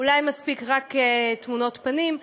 אולי מספיק רק תמונות פנים?